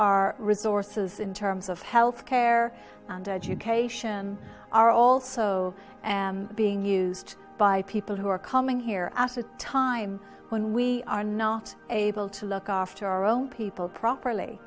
our resources in terms of health care and education are also being used by people who are coming here at a time when we are not able to look after our own people properly